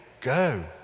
go